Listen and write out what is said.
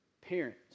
Parents